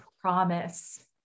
promise